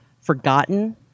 forgotten